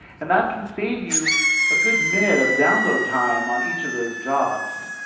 and that can save you a good minute of download time on each of those jobs.